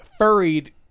furried